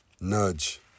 nudge